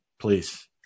please